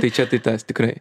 tai čia tai tas tikrai